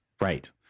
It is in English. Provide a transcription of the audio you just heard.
Right